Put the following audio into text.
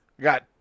Got